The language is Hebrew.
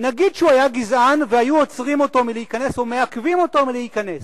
נגיד שהוא היה גזען והיו עוצרים אותו מלהיכנס או מעכבים אותו מלהיכנס,